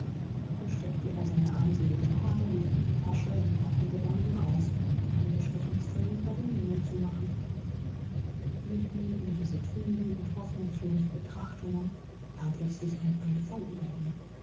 so steckte er seine armselige habe wieder in die tasche und gab den gedanken auf einen bestechungsversuch bei den jungen zu machen mitten in diese trüben und hoffnungslosen betrachtungen kam plötzlich ein einfall über ihn